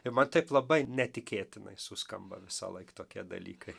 i man taip labai netikėtinai suskamba visąlaik tokie dalykai